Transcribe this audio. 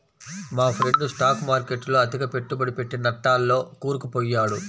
మా friend stock మార్కెట్టులో అతిగా పెట్టుబడి పెట్టి నట్టాల్లో కూరుకుపొయ్యాడు